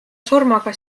surmaga